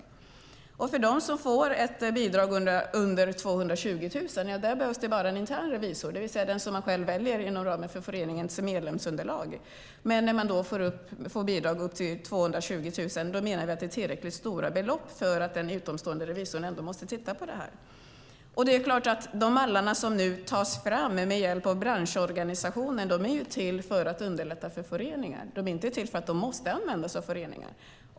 För de organisationer som får ett bidrag under 220 000 kronor behövs bara en intern revisor, det vill säga den som föreningen själv väljer inom ramen för föreningens medlemsunderlag. För bidrag på minst 220 000 kronor menar vi att beloppen är tillräckligt stora för att en utomstående revisor ändå måste titta på dem. De mallar som nu tas fram med hjälp av branschorganisationen är till för att underlätta för föreningar. De är inte till för att de måste användas av föreningar.